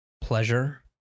pleasure